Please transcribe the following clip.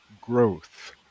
growth